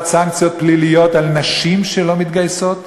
סנקציות פליליות על נשים שלא מתגייסות,